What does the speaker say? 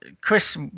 chris